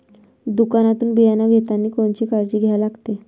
दुकानातून बियानं घेतानी कोनची काळजी घ्या लागते?